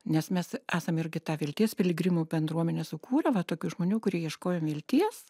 nes mes esam irgi tą vilties piligrimų bendruomenę sukūrę va tokių žmonių kurie ieškojo vilties